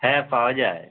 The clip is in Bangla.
হ্যাঁ পাওয়া যায়